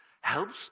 helps